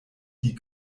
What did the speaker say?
die